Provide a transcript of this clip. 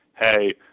hey